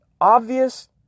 obvious